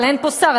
אבל אין פה שר,